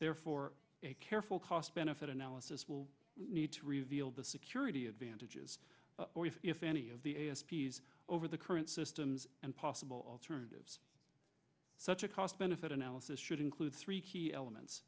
therefore a careful cost benefit analysis will need to reveal the security advantages if any of the a s p s over the current systems and possible alternatives such a cost benefit analysis should include three key elements